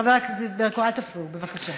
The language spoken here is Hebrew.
חברת הכנסת ברקו, אל תפריעו, בבקשה.